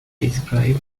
describes